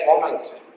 moments